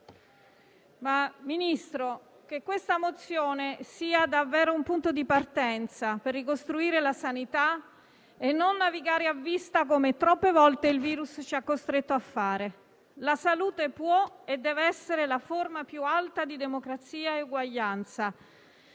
ma Ministro, che questa risoluzione sia davvero un punto di partenza per ricostruire la sanità e non navigare a vista come troppe volte il virus ci ha costretto a fare. La salute può e deve essere la forma più alta di democrazia e uguaglianza,